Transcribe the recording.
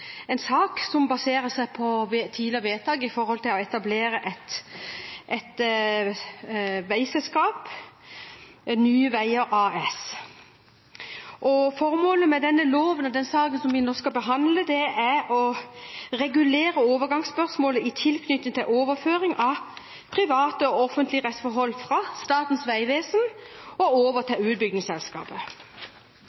sak som baserer seg på tidligere vedtak om å etablere et veiselskap – Nye Veier AS. Formålet med denne loven og denne saken vi nå behandler, er å regulere overgangsspørsmål i tilknytning til overføring av private og offentlige rettsforhold fra Statens vegvesen til utbyggingsselskapet. Loven medfører ikke at utbyggingsselskapet